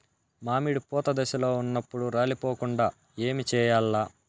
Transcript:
మామిడి పూత దశలో ఉన్నప్పుడు రాలిపోకుండ ఏమిచేయాల్ల?